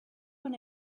when